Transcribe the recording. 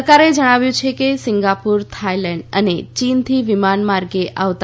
સરકારે જણાવ્યુ છે કે સીંગાપુર થાઇલેન્ડ અને ચીનથી વિમાનમાર્ગે આવતા